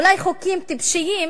אולי חוקים טיפשיים,